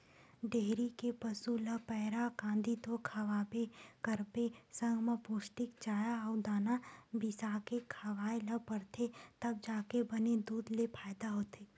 dairy के पसू ल पैरा, कांदी तो खवाबे करबे संग म पोस्टिक चारा अउ दाना बिसाके खवाए ल परथे तब जाके बने दूद ले फायदा होथे